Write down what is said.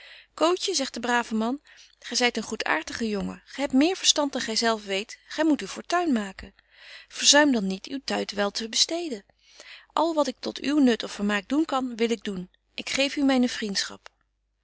kootje zegt de brave man gy zyt een goedaartige jongen gy hebt meer verstand betje wolff en aagje deken historie van mejuffrouw sara burgerhart dan gy zelf weet gy moet uw fortuin maken verzuim dan niet uw tyd wel te besteden al wat ik tot uw nut of vermaak doen kan wil ik doen ik geef u myne vriendschap